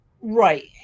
right